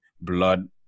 blood